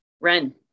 Ren